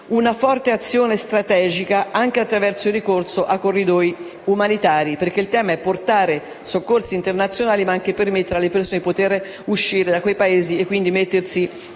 una forte azione strategica, anche attraverso il ricorso a corridoi umanitari. Il tema, infatti, è portare soccorsi internazionali, ma anche permettere alle persone di uscire da quei Paesi e mettersi